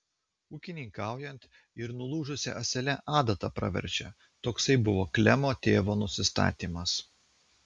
ūkininkaujant ir nulūžusia ąsele adata praverčia toksai buvo klemo tėvo nusistatymas